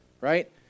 right